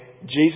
Jesus